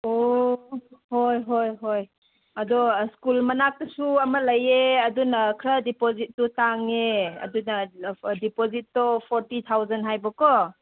ꯑꯣ ꯍꯣꯏ ꯍꯣꯏ ꯍꯣꯏ ꯑꯗꯣ ꯁ꯭ꯀꯨꯜ ꯃꯅꯥꯛꯇꯁꯨ ꯑꯃ ꯂꯩꯌꯦ ꯑꯗꯨꯅ ꯈꯔ ꯗꯤꯄꯣꯖꯤꯠꯇꯨ ꯇꯥꯡꯉꯦ ꯑꯗꯨꯅ ꯗꯤꯄꯣꯖꯤꯠꯇꯣ ꯐꯣꯔꯇꯤ ꯊꯥꯎꯖꯟ ꯍꯥꯏꯕꯀꯣ